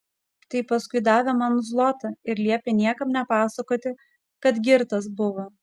tai paskui davė man zlotą ir liepė niekam nepasakoti kad girtas buvo